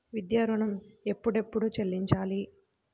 విద్యా ఋణం ఎప్పుడెప్పుడు చెల్లించాలి?